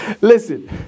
Listen